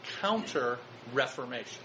Counter-Reformation